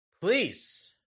please